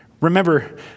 Remember